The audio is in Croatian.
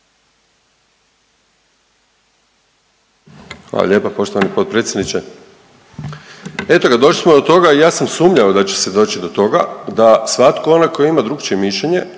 Hvala lijepa poštovani potpredsjedniče. Eto ga, došli smo do toga i ja sam sumnjao da će se doći do toga da svatko onaj tko ima drukčije mišljenje,